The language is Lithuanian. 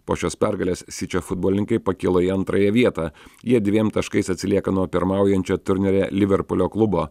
po šios pergalės sičio futbolininkai pakilo į antrąją vietą jie dviem taškais atsilieka nuo pirmaujančio turnyre liverpulio klubo